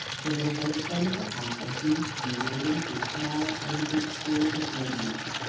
so that as i descended the path i seemed to be wading through small, limpid pools of radiance.